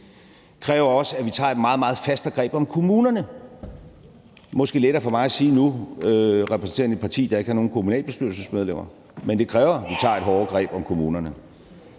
kræver også, at vi tager et meget, meget fastere greb om kommunerne. Det er måske lettere for mig at sige nu repræsenterende et parti, der ikke har nogen kommunalbestyrelsesmedlemmer, men det kræver, at vi tager et hårdere greb om kommunerne.